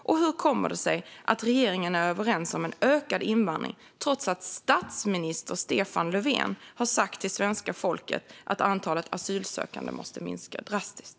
Och hur kommer det sig att regeringen är överens om en ökad invandring, trots att statsminister Stefan Löfven har sagt till svenska folket att antalet asylsökande måste minska drastiskt?